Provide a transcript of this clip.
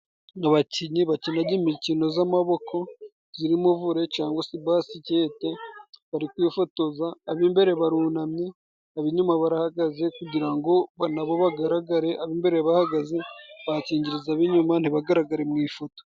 Abakinnyi bakinaga imikino z'amaboko zirimo vore cangwa se basikete bari kwifotoza ,ab'imbere barunamye, ab'ibinyuma barahagaze kugira ngo na bo bagaragare, ab' imbere bahagaze bakingiririza ab'inyuma ntibagaragare mu ifoto.